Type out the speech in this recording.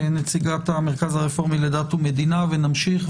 נציגת המרכז הרפורמי לדת ומדינה ונמשיך,